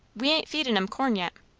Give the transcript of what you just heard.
we ain't feedin' em corn yet.